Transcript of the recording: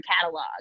catalog